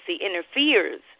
interferes